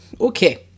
Okay